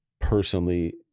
personally